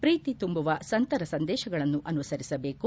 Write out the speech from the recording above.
ಪ್ರೀತಿ ತುಂಬುವ ಸಂತರ ಸಂದೇಶಗಳನ್ನು ಅನುಸರಿಸಬೇಕು